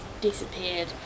disappeared